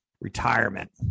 retirement